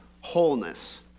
wholeness